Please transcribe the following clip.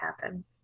happen